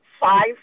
five